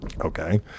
Okay